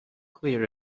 clear